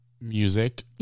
music